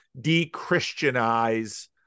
de-Christianize